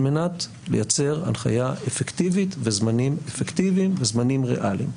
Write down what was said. מנת לייצר הנחיה אפקטיבית וזמנים אפקטיביים וזמנים ריאליים.